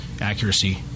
accuracy